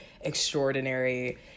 extraordinary